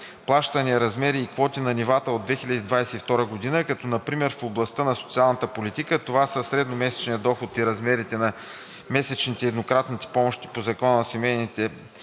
плащания, размери и квоти на нивата от 2022 г., като например в областта на социалната политика това са: средномесечният доход и размерите на месечните и еднократните помощи по Закона за семейни